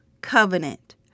covenant